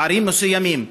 בערים מסוימות,